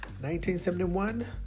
1971